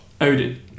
Odin